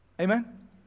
Amen